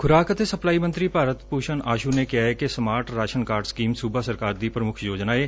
ਖੁਰਾਕ ਅਤੇ ਸਪਲਾਈ ਮੰਤਰੀ ਭਾਰਤ ਭੂਸ਼ਣ ਆਸੂ ਨੇ ਕਿਹਾ ਕਿ ਸਮਾਰਟ ਰਾਸ਼ਨ ਕਾਰਡ ਸਕੀਮ ਸੂਬਾ ਸਰਕਾਰੀ ਦੀ ਪ੍ਮੁੱਖ ਯੋਜਨਾ ਏ